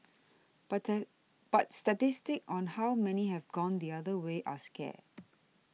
but but statistics on how many have gone the other way are scarce